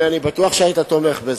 רוני, אני בטוח שהיית תומך בזה.